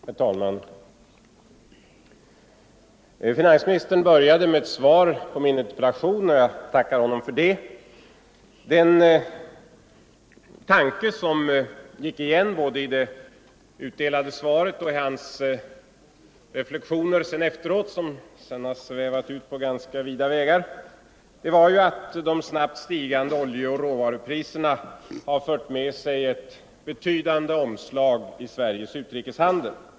Herr talman! Finansministern började med ett svar på min interpellation, och jag tackar honom för det. Den tanke som gick igen både i det utdelade svaret och i finansministerns reflexioner efteråt, som svävade ut på ganska vida vägar, var att de snabbt stigande oljeoch råvarupriserna har fört med sig ett betydande omslag i Sveriges utrikeshandel.